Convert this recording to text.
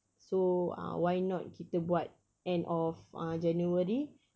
so uh why not kita buat end of uh january